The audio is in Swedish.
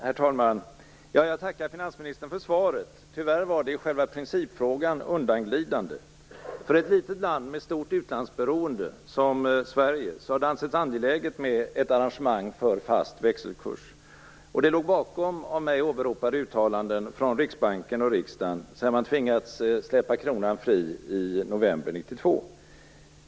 Herr talman! Jag tackar finansministern för svaret. Tyvärr var det i själva principfrågan undanglidande. För ett litet land med stort utlandsberoende som Sverige har det ansetts angeläget med ett arrangemang för fast växelkurs. Det låg bakom av mig åberopade uttalanden från Riksbanken och riksdagen sedan man tvingats släppa kronan fri i november 92.